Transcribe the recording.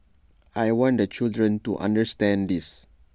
I want the children to understand this